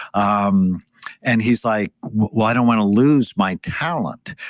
um and he's like, well, i don't want to lose my talent.